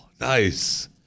nice